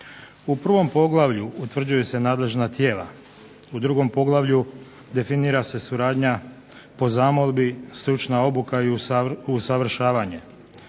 U prvom poglavlju utvrđuju se nadležna tijela, u drugom poglavlju definira se suradnja po zamolbi, stručna obuka i usavršavanje.